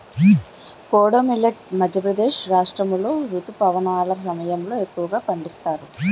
kodo millet Madhya Pradesh రాష్ట్రాములో రుతుపవనాల సమయంలో ఎక్కువగా పండిస్తారు